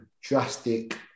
drastic